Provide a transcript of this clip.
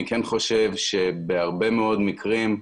אני כן חושב שבהרבה מאוד מקרים,